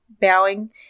bowing